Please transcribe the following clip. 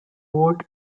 world